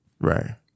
Right